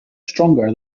stronger